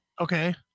Okay